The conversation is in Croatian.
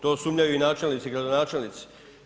To sumnjaju i načelnici, gradonačelnici.